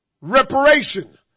Reparation